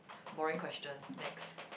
boring question next